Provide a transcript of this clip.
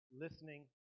listening